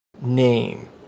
name